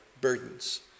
burdens